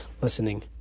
listening